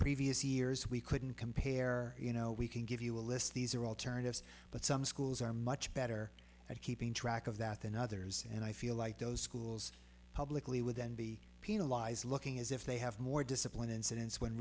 previous years we couldn't compare you know we can give you a list these are alternatives but some schools are much better at keeping track of that than others and i feel like those schools publicly with and be penalized looking as if they have more discipline incidents when